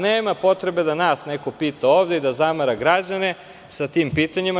Nema potrebe da nas neko pita ovde i da zamara građane sa tim pitanjima.